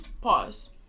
Pause